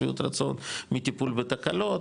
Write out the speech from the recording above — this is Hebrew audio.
שביעות רצון בטיפול בתקלות,